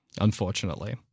unfortunately